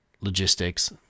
logistics